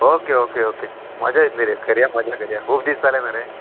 okay okay okay मजा येतली रे करया मजा करया खूब दीस जाले न्हू रे